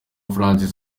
francis